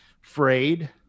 frayed